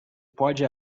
pode